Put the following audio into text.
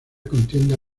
contienda